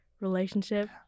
relationship